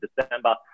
December